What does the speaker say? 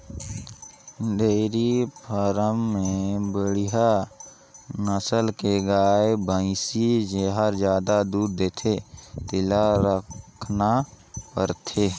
dairy farm में बड़िहा नसल के गाय, भइसी जेहर जादा दूद देथे तेला रखना परथे